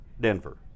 Denver